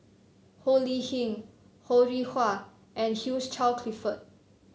Ho Lee Ling Ho Rih Hwa and Hugh Charles Clifford